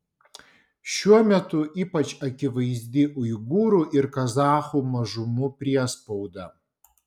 šiuo metu ypač akivaizdi uigūrų ir kazachų mažumų priespauda